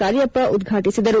ಕಾರ್ಯಪ್ಪ ಉದ್ಘಾಟಿಸಿದರು